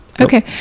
Okay